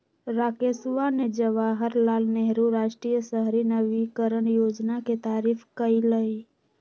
राकेशवा ने जवाहर लाल नेहरू राष्ट्रीय शहरी नवीकरण योजना के तारीफ कईलय